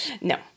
No